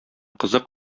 кызык